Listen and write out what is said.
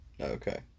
okay